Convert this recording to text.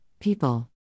people